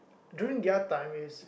during their time is